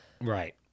Right